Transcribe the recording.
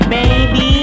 Baby